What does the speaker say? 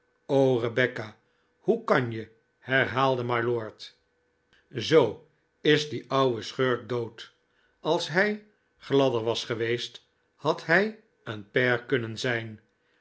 rebecca hoe kan je herhaalde mylord zoo is die ouwe schurk dood als hij gladder was geweest had hij een pair kunnen zijn